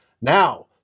Now